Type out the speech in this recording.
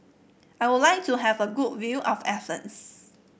Ii would like to have a good view of Athens